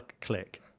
click